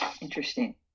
Interesting